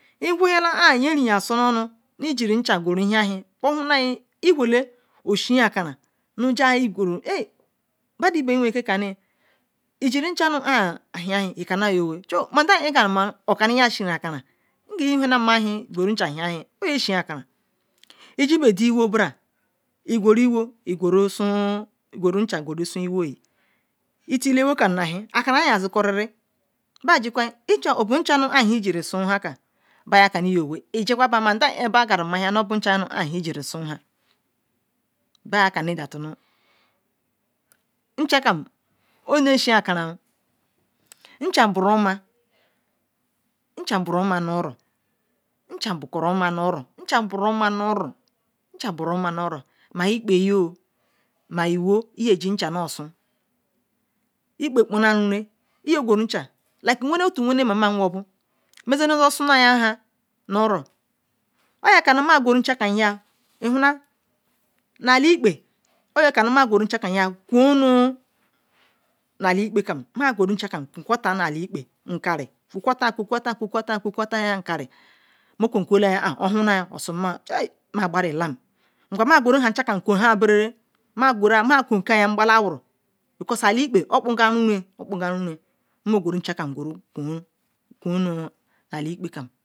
Iweyala an yinreyin oso nu nu oshi yin ateran bodo iben kani ma jiwa ji nchan nu an hen hen icanna owe icanna ma da ojirimahia iguru iow guru iwo nchan sun iwo akaran yezikoriri bayaka bo nchan nu an han ijiri sun nhan iya cann ba deje nu bo ncah ijiri sun nha isi kwa ba ma nda en bejiri mahia nu bochan ijiri sun nhan baya canni nu oni shin akaran nchan boroma nchan boroma nu oro nchan broma nu oro ikpel kpolarune ma iwoyiiyi jiriri nchan like wene mamam mezen zosuna yan nhan nu oro oyaka num maguru nchan kam nu eli ekpe oya cannu ma guru nchan kam ma quan kwatayal nu eli ekpe owhona ya okar nu ma gbalitam okama guru nchan kam kwon kwor ngbakaru because eli ekpe okpoga runi moguru eli ekpe ki keo on sama